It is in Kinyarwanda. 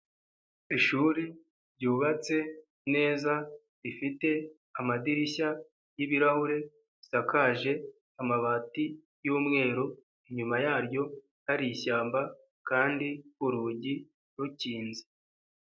Ishuri ryubatse neza rifite amadirishya y'ibirahure risakaje amabati y'umweru inyuma yaryo hari ishyamba kandi urugi rukinze.